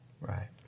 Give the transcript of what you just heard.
Right